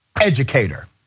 educator